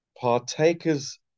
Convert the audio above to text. Partakers